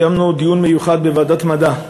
קיימנו דיון מיוחד בוועדת המדע.